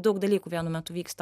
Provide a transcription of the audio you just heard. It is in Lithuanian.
daug dalykų vienu metu vyksta